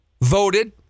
voted